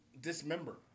dismember